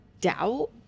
doubt